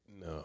No